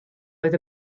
oedd